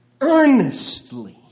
earnestly